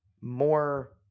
more